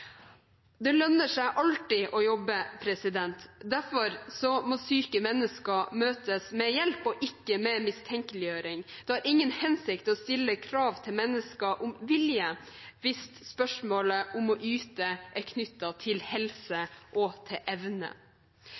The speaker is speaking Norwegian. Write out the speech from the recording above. Det lønner seg alltid å jobbe. Derfor må syke mennesker møtes med hjelp og ikke med mistenkeliggjøring. Det har ingen hensikt å stille krav til mennesker om vilje hvis spørsmålet om å yte er knyttet til helse og til evne.